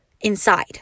inside